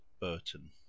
Burton